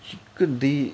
chicken they